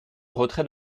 retrait